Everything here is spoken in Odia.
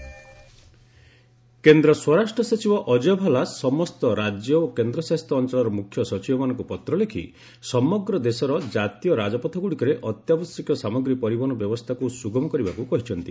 ଏଚ୍ଏସ୍ ଏସେନ୍ସିଆଲ ଗୁଡ୍ସ୍ କେନ୍ଦ୍ର ସ୍ୱରାଷ୍ଟ୍ର ସଚିବ ଅଜୟ ଭାଲା ସମସ୍ତ ରାଜ୍ୟ ଓ କେନ୍ଦ୍ରଶାସିତ ଅଞ୍ଚଳର ମୁଖ୍ୟ ସଚିବମାନଙ୍କୁ ପତ୍ରଲେଖି ସମଗ୍ର ଦେଶର ଜାତୀୟ ରାଜପଥଗୁଡ଼ିକରେ ଅତ୍ୟାବଶ୍ୟକ ସାମଗ୍ରୀ ପରିବହନ ବ୍ୟବସ୍ଥାକୁ ସୁଗମ କରିବାକୁ କହିଛନ୍ତି